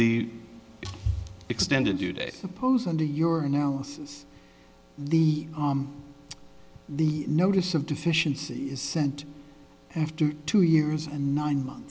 the extended today suppose under your analysis the the notice of deficiency is sent after two years and nine month